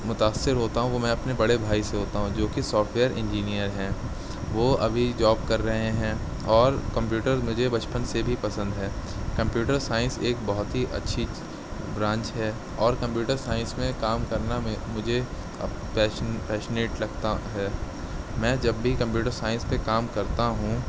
متأثر ہوتا ہوں وہ اپنے بڑے بھائی سے ہوتا ہوں جو کہ سافٹ ویئر انجینئر ہیں وہ ابھی جوب کر رہے ہیں اور کمپیوٹر مجھے بچپن سے بھی پسند ہے کمپیوٹر سائنس ایک بہت ہی اچھی برانچ ہے اور کمپیوٹر سائنس میں کام کرنا میں مجھے پیشن پیشنیٹ لگتا ہے میں جب بھی کمپیوٹر سائنس پہ کام کرتا ہوں